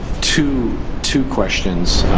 two two questions.